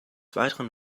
weiteren